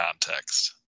context